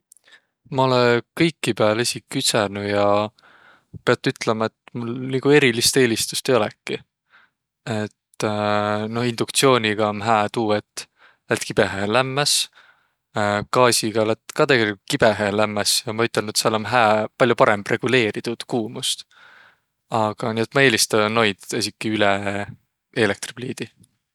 Maq olõ kõiki pääl esiq küdsänuq ja piät ütlema, et mul nigu erilist eelistüst ei olõkiq. Et noh induktsiooniga om hää tuu, et lätt kibõhõhe lämmäs. Gaasiga lätt ka tegeligult kibõhõhe lämmäs ja maq ütelnüq, et sääl om hää, pall'o parõmb reguleeriq tuud kuumust. Aga, nii et maq eelistä noid esikiq üle eelektripliidi.